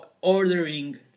ordering